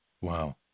Wow